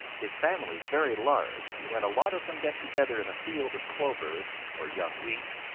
his family is very large, and when a lot of them get together in a field of clover or young wheat,